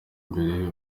mbere